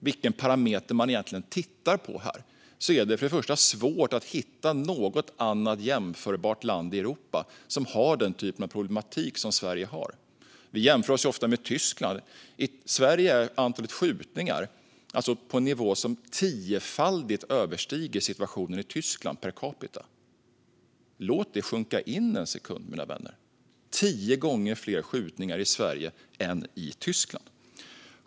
Vilken parameter man än tittar på är det svårt att hitta något jämförbart land i Europa som har den typen av problematik. Vi jämför oss ofta med Tyskland. I Sverige är antalet skjutningar per capita på en nivå som tiofaldigt överstiger situationen i Tyskland. Låt det sjunka in en sekund, mina vänner: Det är tio gånger fler skjutningar i Sverige än i Tyskland!